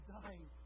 dying